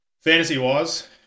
Fantasy-wise